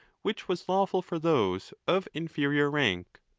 which was lawful for those of inferior rank.